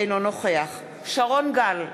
אינו נוכח שרון גל,